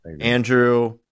Andrew